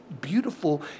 beautiful